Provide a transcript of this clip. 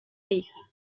hija